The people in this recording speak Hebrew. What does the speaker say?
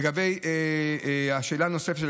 לגבי השאלה הנוספת,